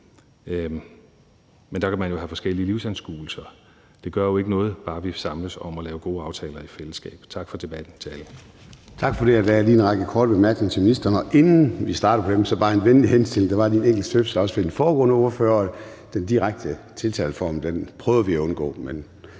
Men der kan man jo have forskellige livsanskuelser. Det gør jo ikke noget, bare vi samles om at lave gode aftaler i fællesskab. Tak til alle